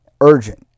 urgent